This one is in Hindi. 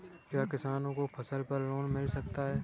क्या किसानों को फसल पर लोन मिल सकता है?